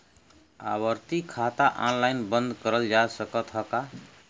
आवर्ती खाता ऑनलाइन बन्द करल जा सकत ह का?